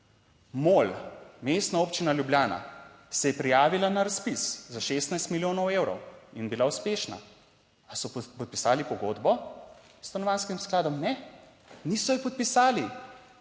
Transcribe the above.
MOL, Mestna občina Ljubljana se je prijavila na razpis za 16 milijonov evrov in bila uspešna. Ali so podpisali pogodbo s Stanovanjskim skladom? Ne, niso je podpisali.